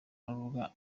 n’urubuga